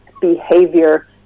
behavior